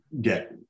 get